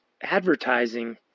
advertising